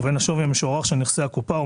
ובין השווי המשוערך של נכסי הקופה או